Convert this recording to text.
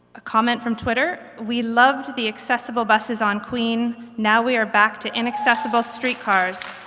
a comment from twitter we loved the accessible buses on queen, now we are back to inaccessible streetcars.